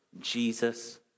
Jesus